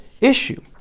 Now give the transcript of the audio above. issue